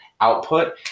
output